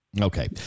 Okay